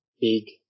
big